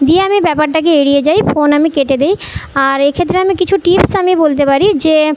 দিয়ে আমি ব্যাপারটাকে এড়িয়ে যাই ফোন আমি কেটে দেই আর এ ক্ষেত্রে আমি কিছু টিপস আমি বলতে পারি যে